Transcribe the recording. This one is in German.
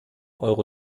euro